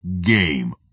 Game